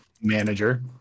manager